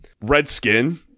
Redskin